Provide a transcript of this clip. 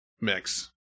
mix